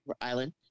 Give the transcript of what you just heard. Island